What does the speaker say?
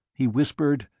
he whispered,